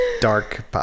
dark